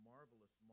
Marvelous